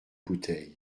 bouteille